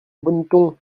bonneton